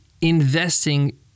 investing